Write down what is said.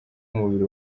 umubiri